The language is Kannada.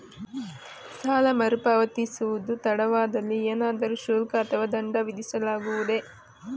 ಸಾಲ ಮರುಪಾವತಿಸುವುದು ತಡವಾದಲ್ಲಿ ಏನಾದರೂ ಶುಲ್ಕ ಅಥವಾ ದಂಡ ವಿಧಿಸಲಾಗುವುದೇ?